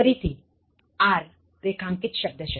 ફરીથી are એ રેખાંકિત શબ્દ છે